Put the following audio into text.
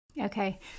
Okay